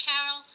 Carol